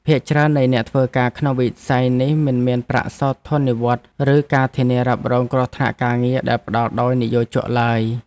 ភាគច្រើននៃអ្នកធ្វើការក្នុងវិស័យនេះមិនមានប្រាក់សោធននិវត្តន៍ ឬការធានារ៉ាប់រងគ្រោះថ្នាក់ការងារដែលផ្តល់ដោយនិយោជកឡើយ។